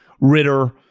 Ritter